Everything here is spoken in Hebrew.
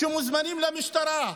שמוזמנים למשטרה,